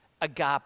agape